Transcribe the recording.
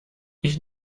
ich